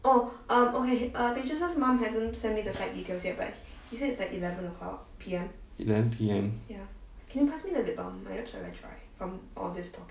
eleven P_M